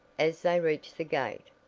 as they reached the gate,